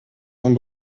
von